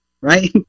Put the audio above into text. right